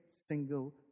single